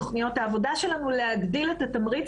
בתוכניות העבודה שלנו ביקשנו להגדיל את התמריץ